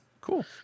Cool